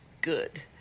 good